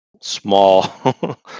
Small